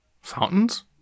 Fountains